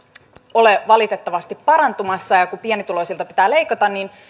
ole valitettavasti parantumassa ja ja pienituloisilta pitää leikata